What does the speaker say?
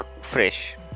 fresh